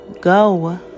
go